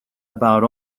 about